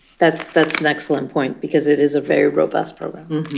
that's that's an excellent point, because it is a very robust program.